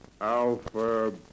Alpha